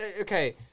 Okay